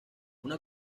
una